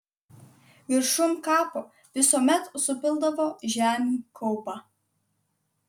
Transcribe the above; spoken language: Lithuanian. viršum kapo visuomet supildavo žemių kaupą